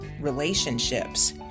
relationships